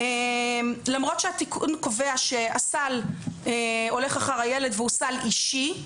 למרות שהתיקון קובע שהסל הולך אחר הילד והוא סל אישי,